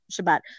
Shabbat